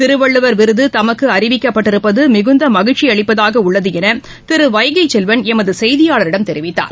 திருவள்ளவர் விருதுதமக்குஅறிவிக்கப்பட்டிருப்பதமிகுந்தமகிழ்ச்சிஅளிப்பதாகஉள்ளதுஎனதிருவைகைசெல்வன் எமதுசெய்தியாளரிடம் தெரிவித்தார்